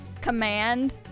command